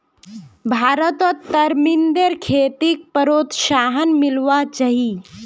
भारतत तरमिंदेर खेतीक प्रोत्साहन मिलवा चाही